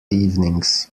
evenings